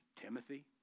Timothy